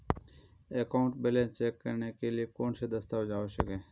Account balance check करने के लिए कौनसे दस्तावेज़ आवश्यक हैं?